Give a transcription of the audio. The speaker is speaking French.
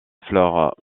flore